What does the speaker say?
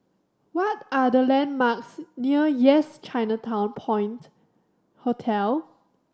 what are the landmarks near Yes Chinatown Point Hotel